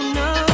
no